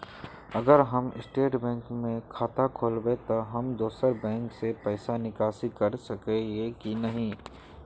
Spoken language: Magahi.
अगर हम स्टेट बैंक में खाता खोलबे तो हम दोसर बैंक से पैसा निकासी कर सके ही की नहीं?